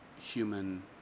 human